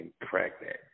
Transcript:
pregnant